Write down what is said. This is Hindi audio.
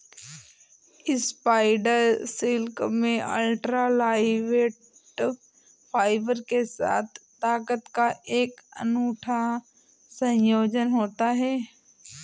स्पाइडर सिल्क में अल्ट्रा लाइटवेट फाइबर के साथ ताकत का एक अनूठा संयोजन होता है